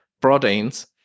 proteins